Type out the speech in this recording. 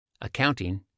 accounting